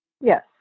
Yes